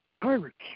pirates